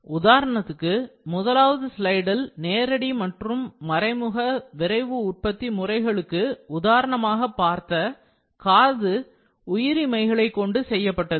உதாரணத்துக்கு முதலாவது ஸ்லைடில் நேரடி மற்றும் மறைமுக விரைவு உற்பத்தி முறைகளுக்கு உதாரணமாக பார்த்த காது உயிரி மைகளை கொண்டு செய்யப்பட்டது